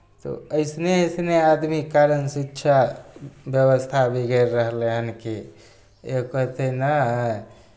तऽ अइसने अइसने आदमीके कारण शिच्छा व्यवस्था बिगड़ि रहलै हन की एगो कहतै नहि